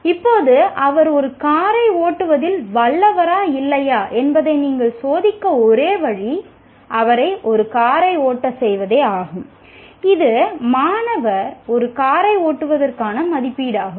இப்போது அவர் ஒரு காரை ஓட்டுவதில் வல்லவரா இல்லையா என்பதை நீங்கள் சோதிக்க ஒரே வழி அவரை ஒரு காரை ஓட்டச் செய்வதேயாகும் இது மாணவர் ஒரு காரை ஓட்டுவதற்கான மதிப்பீடாகும்